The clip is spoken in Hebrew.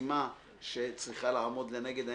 המשימה שצריכה לעמוד לנגד עיניכם.